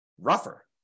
rougher